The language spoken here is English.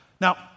Now